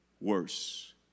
worse